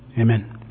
Amen